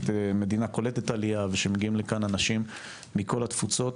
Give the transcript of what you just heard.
קולטת עלייה ושמגיעים לכאן אנשים מכל התפוצות